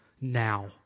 Now